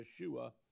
Yeshua